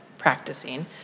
practicing